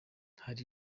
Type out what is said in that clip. hari